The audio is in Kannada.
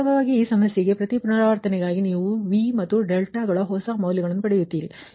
ವಾಸ್ತವವಾಗಿ ಈ ಸಮಸ್ಯೆಗೆ ಪ್ರತಿ ಪುನರಾವರ್ತನೆಗಾಗಿ ನೀವು V ಮತ್ತು ಡೆಲ್ಟಾಗಳ ಹೊಸ ಮೌಲ್ಯಗಳನ್ನು ಪಡೆಯುತ್ತೀರಿ